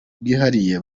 bwihariye